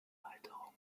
erweiterung